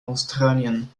australien